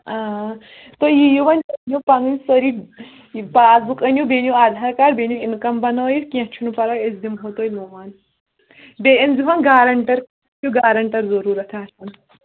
آ تُہۍ یِیو وۅنۍ تہٕ أنِو پَنٕنۍ سٲری یہِ پاس بُک أنِو بیٚیہِ أنِو آدھار کارڈ بیٚیہِ أنِو اِنکَم بَنٲوِتھ کیٚنٛہہ چھُنہٕ پَرواے أسی دِمہوو تۄہہِ لون بیٚیہِ أنۍزِہون گارَنٹر چھُ گارنٹر ضروٗرت آسان